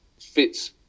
fits